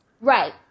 Right